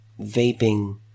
Vaping